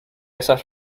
esas